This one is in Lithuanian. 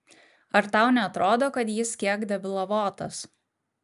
ar tau neatrodo kad jis kiek debilavotas